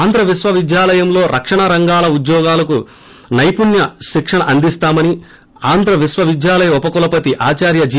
ఆంధ్ర విశ్వా విద్యాలయంలో రక్షణ రంగాల ఉద్యోగులకు నైపుణ్య శిక్షణ అందిస్తామని ఆంధ్ర విశ్వా విద్యాలయ ఉప కులపతి ఆచార్య జి